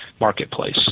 marketplace